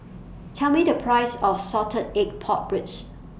Tell Me The Price of Salted Egg Pork Ribs